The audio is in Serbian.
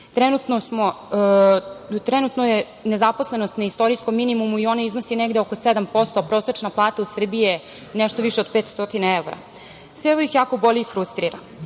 Trenutno je nezaposlenost na istorijskom minimumu i ona iznosi negde oko 7%, prosečna plata u Srbiji je nešto više od 500 evra. Sve ovo ih jako boli i frustrira. Zbog